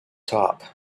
top